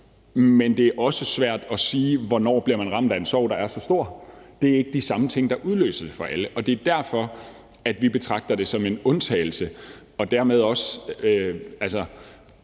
Men det er også svært at sige, hvornår man bliver ramt af en sorg, der er så stor, for det er ikke de samme ting, der udløser det for alle, og det er derfor, at vi betragter det som en undtagelse og dermed også